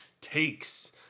takes